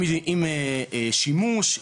עם שימוש,